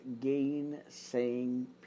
gainsaying